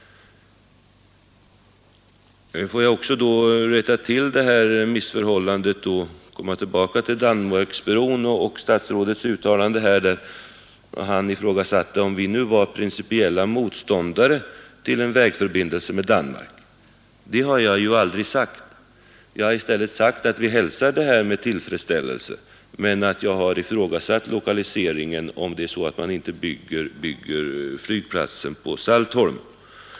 Får jag rätta till ett missförstånd om Öresundsbron och statsrådets uttalande här. Statsrådet ifrågasatte om vi nu var principiella motståndare till fast vägförbindelse med Danmark. Det har jag ju aldrig sagt. Jag har i stället sagt att vi hälsar förslaget med tillfredsställelse. Jag har dock ifrågasatt lokaliseringen, om det är så att man inte bygger flygplatsen på Saltholm.